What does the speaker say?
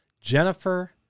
Jennifer